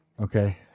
Okay